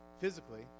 physically